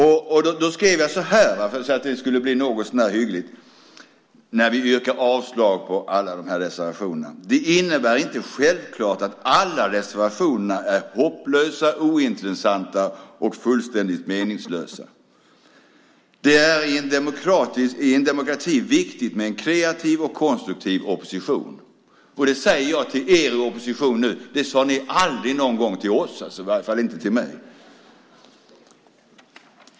Då skrev jag så här för att det skulle bli något sånär hyggligt när vi yrkar avslag på alla dessa reservationer: Det innebär inte självklart att alla reservationerna är hopplösa, ointressanta och fullständigt meningslösa. Det är i en demokrati viktigt med en kreativ och konstruktiv opposition. Detta säger jag till er i oppositionen nu. Det sade ni aldrig någonsin till oss, i varje fall inte till mig.